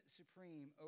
supreme